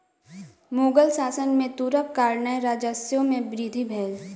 मुग़ल शासन में तूरक कारणेँ राजस्व में वृद्धि भेल